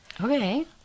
Okay